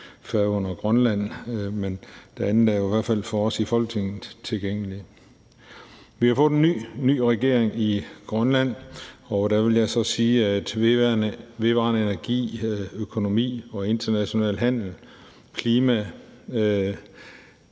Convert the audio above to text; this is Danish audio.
Færøerne og Grønland, men det andet er jo i hvert fald for os i Folketinget tilgængeligt. Vi har fået en ny regering i Grønland, og der vil jeg så sige, at vedvarende energi, økonomi og international handel og klima